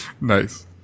Nice